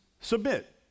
submit